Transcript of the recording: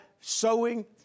sowing